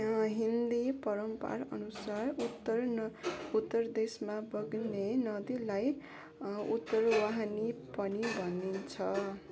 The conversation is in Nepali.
हिन्दू परम्पराअनुसार उत्तर उत्तर दिशामा बग्ने नदीलाई उत्तरवाहिनी पनि भनिन्छ